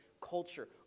culture